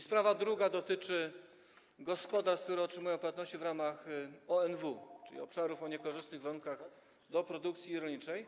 Sprawa druga dotyczy gospodarstw, które otrzymują płatności w ramach ONW, czyli obszarów o niekorzystnych warunkach do produkcji rolniczej.